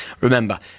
Remember